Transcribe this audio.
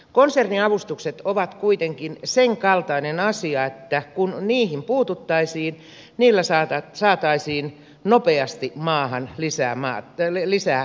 konserniavustukset ovat kuitenkin sen kaltainen asia että kun niihin puututtaisiin niillä saataisiin nopeasti maahan lisää euroja